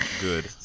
good